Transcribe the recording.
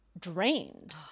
drained